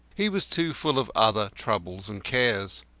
he was too full of other troubles and cares.